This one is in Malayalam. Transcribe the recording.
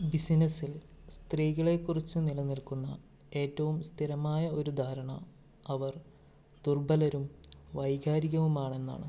ബിസിനസ്സിൽ സ്ത്രീകളെക്കുറിച്ച് നിലനിൽക്കുന്ന ഏറ്റവും സ്ഥിരമായ ഒരു ധാരണ അവർ ദുർബലരും വൈകാരികവുമാണെന്നാണ്